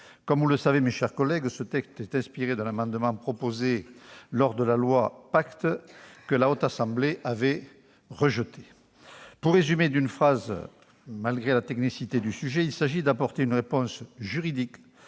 Comme vous le savez, mes chers collègues, ce texte est inspiré d'un amendement proposé lors de l'examen de la loi Pacte, que la Haute Assemblée avait rejeté. Pour résumer l'enjeu d'une phrase, malgré la technicité du sujet, il s'agit d'apporter une réponse juridique